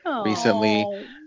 recently